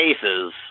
cases